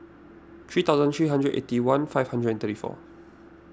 three thousand three hundred eighty one five hundred and thirty four